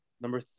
Number